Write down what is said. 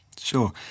Sure